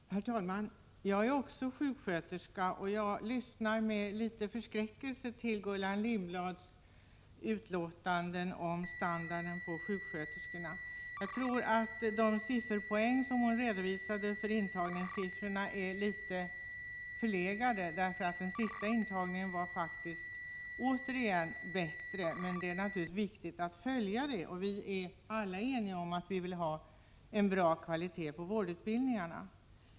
Herr talman! Jag är också sjuksköterska, och jag lyssnade med förskräckelse till Gullan Lindblads utlåtande om standarden på sjuksköterskorna. Jag tror att de intagningspoäng som hon redovisade är litet förlegade. Vid den senaste intagningen var intagningspoängen faktiskt återigen högre. Det är naturligtvis viktigt att vi följer utvecklingen. Vi är alla eniga om att vi vill ha 47 en bra kvalitet på vårdutbildningarna.